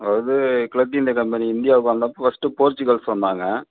அதாவது கிழக்கிந்திய கம்பெனி இந்தியாவுக்கு வந்த அப்போ ஃபர்ஸ்ட்டு போர்ச்சுக்கல்ஸ் வந்தாங்க